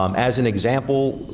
um as an example,